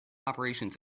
operations